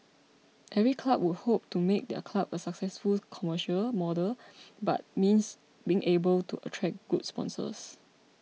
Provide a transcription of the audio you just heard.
every club would hope to make their club a successful commercial model but means being able to attract good sponsors